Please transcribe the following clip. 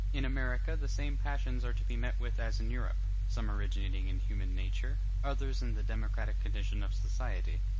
in america the same passions are to be met with as in europe some originating in human nature, others in the democratic condition of society.